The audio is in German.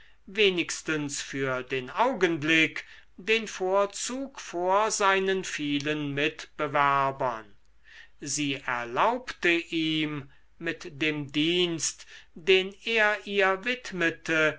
wenigstens für den augenblick den vorzug vor seinen vielen mitwerbern sie erlaubte ihm mit dem dienst den er ihr widmete